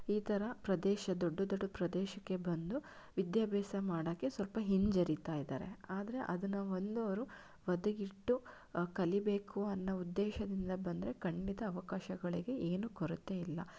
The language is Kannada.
ಈ ಥರ ಪ್ರದೇಶ ದೊಡ್ಡ ದೊಡ್ಡ ಪ್ರದೇಶಕ್ಕೆ ಬಂದು ವಿದ್ಯಾಭ್ಯಾಸ ಮಾಡೋಕ್ಕೆ ಸ್ವಲ್ಪ ಹಿಂಜರಿತಾ ಇದ್ದಾರೆ ಆದರೆ ಅದನ್ನು ಒಂದವರು ಬದಿಗಿಟ್ಟು ಕಲಿಬೇಕು ಅನ್ನೋ ಉದ್ದೇಶದಿಂದ ಬಂದರೆ ಖಂಡಿತ ಅವಕಾಶಗಳಿಗೆ ಏನೂ ಕೊರತೆ ಇಲ್ಲ